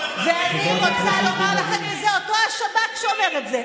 אני רוצה לומר לכם שזה אותו השב"כ שאומר את זה.